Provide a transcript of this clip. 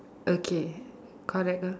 okay correct lah